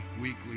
weekly